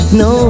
no